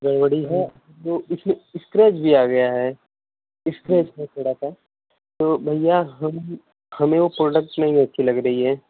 गड़बड़ी है जो उसमें इस्क्रेच भी आ गया है इस्क्रेच है थोड़ा सा तो भैया हम हमें वो प्रोडक्ट नहीं अच्छी लग रही है